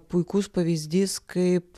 puikus pavyzdys kaip